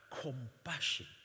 Compassion